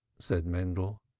said mendel.